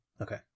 Okay